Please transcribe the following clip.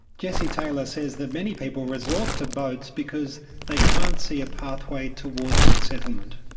jessie taylor says that many people resort to boats because they can't see a pathway towards resettlement.